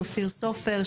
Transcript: אופיר סופר,